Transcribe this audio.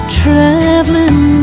traveling